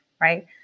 right